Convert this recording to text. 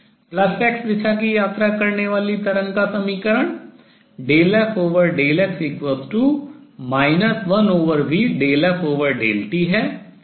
X दिशा की यात्रा करने वाली तरंग का समीकरण ∂f∂x 1v∂f∂t है